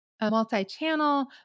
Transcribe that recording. multi-channel